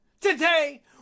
Today